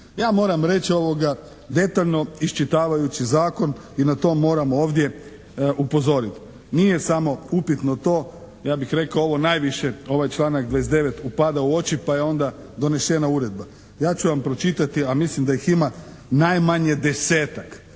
Ja moram reći detaljno iščitavajući zakon i na to moram ovdje upozoriti. Nije samo upitno to ja bih rekao ovo najviše, ovaj članak 29. upada u oči pa je onda donešena uredba. Ja ću vam pročitati, a mislim da ih ima najmanje desetak